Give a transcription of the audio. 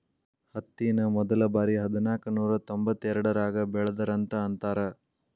ಹತ್ತಿನ ಮೊದಲಬಾರಿ ಹದನಾಕನೂರಾ ತೊಂಬತ್ತೆರಡರಾಗ ಬೆಳದರಂತ ಅಂತಾರ